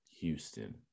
Houston